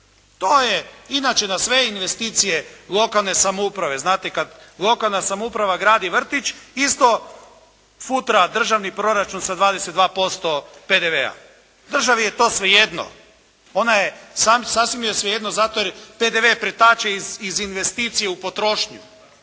To je inače na sve investicije lokalne samouprave, znate kad lokalna samouprava gradi vrtić isto futra državni proračun sa 22% PDV-a. Državi je to svejedno. Sasvim joj je svejedno zato jer PDV pretače iz investicije u potrošnju.